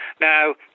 Now